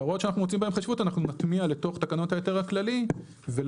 ההוראות שאנחנו מוצאים בהן חשיבות אנחנו נטמיע לתוך תקנות ההיתר הכללי ולא